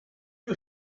you